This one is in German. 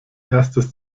erstes